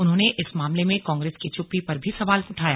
उन्होंने इस मामले में कांग्रेस की चुप्पी पर भी सवाल उठाया